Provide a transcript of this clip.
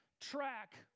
track